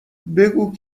بگو